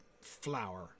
flower